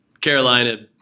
Carolina